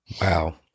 Wow